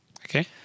Okay